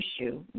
issue